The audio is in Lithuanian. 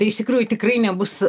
jie tai iš tikrųjų tikrai nebus